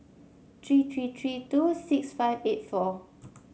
three three three two six five eight four